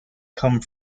come